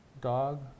Dog